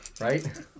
Right